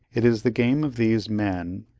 it is the game of these men,